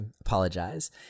apologize